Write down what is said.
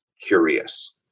curious